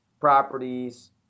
properties